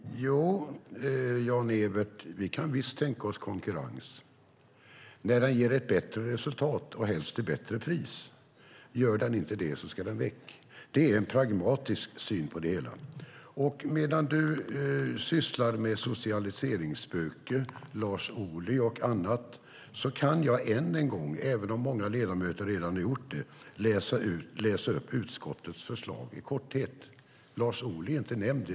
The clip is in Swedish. Fru talman! Jo, Jan-Evert Rådhström, vi kan visst tänka oss konkurrens när den ger ett bättre resultat och då helst till ett bättre pris. Om inte ska den väck. Det är en pragmatisk syn på det hela. Medan du sysslar med socialiseringsspöken, Lars Ohly och annat kan jag ännu en gång, även om många ledamöter redan gjort det, i korthet läsa upp vad som står i utskottets förslag. Lars Ohly är inte nämnd.